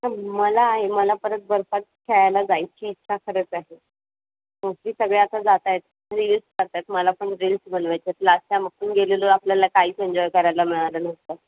मला आहे मला परत बर्फात खेळायला जायची इच्छा खरंच आहे मोस्टली सगळे आता जात आहेत रील्स करत आहेत मला पण रील्स बनवायच्यात लास्ट त्यामधून गेलेलो आपल्याला काहीच एन्जॉय करायला मिळालं नसतं